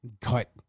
cut